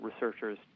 researchers